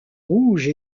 rouges